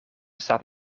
staat